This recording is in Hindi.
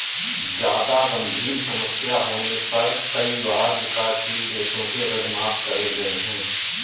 जादा गंभीर समस्या होने पर कई बार विकासशील देशों के ऋण माफ करे गए हैं